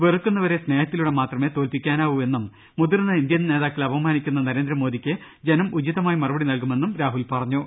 വെറുക്കുന്നവരെ സ്നേഹത്തിലൂടെ മാത്രമേ തോൽപ്പിക്കാനാവു എന്നും മുതിർന്ന ഇന്ത്യൻ നേതാക്കളെ അപമാനിക്കുന്ന നരേന്ദ്രമോ ദിക്ക് ജനം ഉചിതമായ മറുപടി നൽകുമെന്നും രാഹുൽ പറഞ്ഞു